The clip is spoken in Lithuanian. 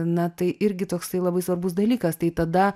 na tai irgi toksai labai svarbus dalykas tai tada